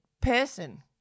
person